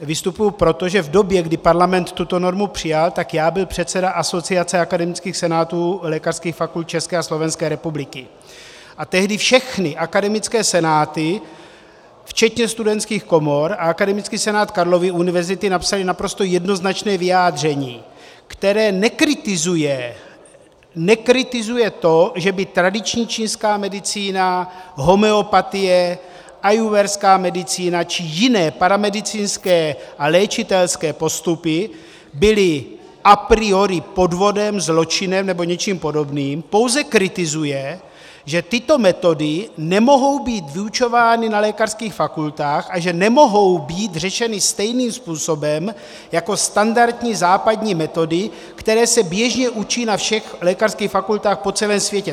Vystupuji proto, že v době, kdy parlament tuto normu přijal, tak já byl předseda Asociace akademických senátů lékařských fakult České a Slovenské republiky a tehdy všechny akademické senáty včetně studentských komor a akademický senát Karlovy univerzity napsaly naprosto jednoznačné vyjádření, které nekritizuje, nekritizuje to, že by tradiční čínská medicína, homeopatie, ájurvédská medicína či jiné paramedicínské a léčitelské postupy byly a priori podvodem, zločinem nebo něčím podobným, pouze kritizuje, že tyto metody nemohou být vyučovány na lékařských fakultách a že nemohou být řešeny stejným způsobem jako standardní západní metody, které se běžně učí na všech lékařských fakultách po celém světě.